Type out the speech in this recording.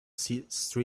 street